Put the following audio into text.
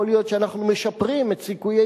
יכול להיות שאנחנו משפרים את סיכויי